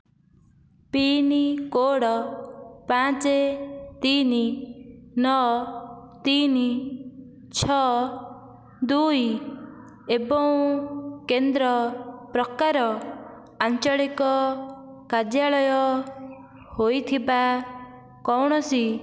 pincode ପାଞ୍ଚ ତିନି ନଅ ତିନି ଛଅ ଦୁଇ ଏବଂ କେନ୍ଦ୍ର ପ୍ରକାର ଆଞ୍ଚଳିକ କାର୍ଯ୍ୟାଳୟ ହୋଇଥିବା କୌଣସି